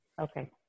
Okay